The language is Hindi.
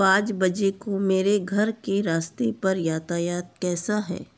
पाँच बजे को मेरे घर के रास्ते पर यातायात कैसा है